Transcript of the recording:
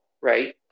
right